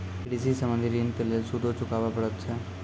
कृषि संबंधी ॠण के लेल सूदो चुकावे पड़त छै?